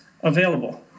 available